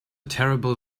terrible